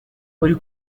uri